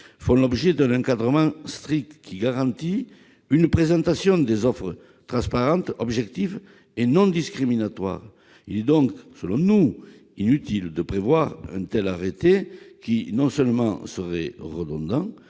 font l'objet d'un encadrement strict qui garantit une présentation des offres transparente, objective et non discriminatoire. Il est donc selon nous inutile de prévoir un tel arrêté ; celui-ci serait non